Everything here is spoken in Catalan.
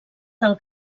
del